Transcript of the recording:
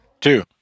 Two